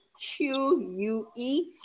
Q-U-E